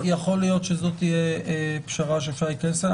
יכול להיות שזו פשרה שאפשר להתכנס אליה.